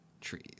trees